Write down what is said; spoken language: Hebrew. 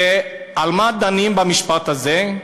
ועל מה דנים במשפט הזה?